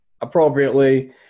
appropriately